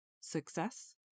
Success